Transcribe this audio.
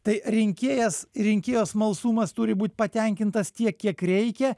tai rinkėjas rinkėjo smalsumas turi būt patenkintas tiek kiek reikia